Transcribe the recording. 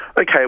Okay